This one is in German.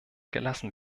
gelassen